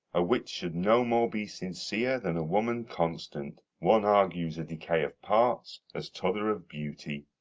a wit should no more be sincere than a woman constant one argues a decay of parts, as t'other of beauty.